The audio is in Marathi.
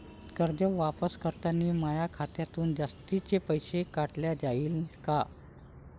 कर्ज वापस करतांनी माया खात्यातून जास्तीचे पैसे काटल्या जाईन का?